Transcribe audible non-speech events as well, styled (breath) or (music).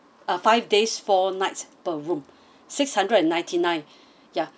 uh five days four nights per room (breath) six hundred and ninety nine (breath) ya